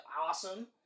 awesome